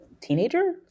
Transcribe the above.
teenager